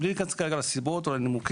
בלי להיכנס כרגע לסיבות ולנימוקים,